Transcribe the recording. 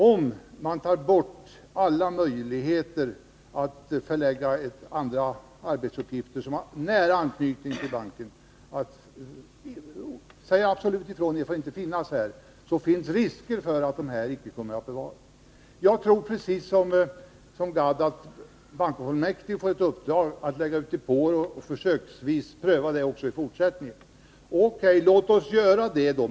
Om man tar bort alla möjligheter att här förlägga andra arbetsuppgifter som har nära anknytning till banken och säger absolut ifrån att de inte får finnas, så finns det risker för att dessa kontor inte kommer att bevaras. Jag tycker precis som Arne Gadd att bankofullmäktige bör få ett uppdrag att lägga ut depåer och försöksvis pröva detta också i fortsättningen. O.K. - låt oss göra det då!